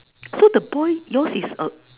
so the boy yours is a